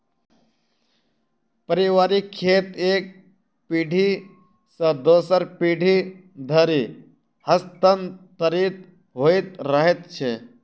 पारिवारिक खेत एक पीढ़ी सॅ दोसर पीढ़ी धरि हस्तांतरित होइत रहैत छै